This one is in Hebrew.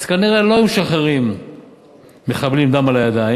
כנראה לא היו משחררים מחבלים עם דם על הידיים,